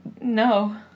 No